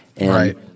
right